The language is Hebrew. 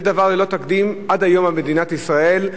זה דבר ללא תקדים עד היום במדינת ישראל,